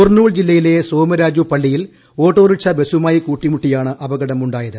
കുർനൂൾ ജില്ലയിലെ സോമരാജു പള്ളിയിൽ ഓട്ടോക്ടിക്ഷ് ബസുമായി കൂട്ടിമുട്ടിയാണ് ഉണ്ടായത്